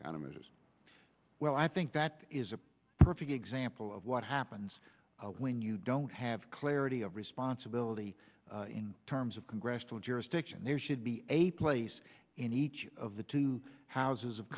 countermeasures i think that is a perfect example of what happens when you don't have clarity of responsibility in terms of congressional jurisdiction there should be a place in each of the two houses of